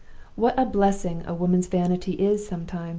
what a blessing a woman's vanity is sometimes!